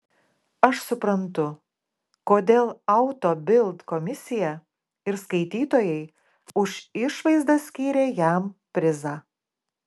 aš suprantu kodėl auto bild komisija ir skaitytojai už išvaizdą skyrė jam prizą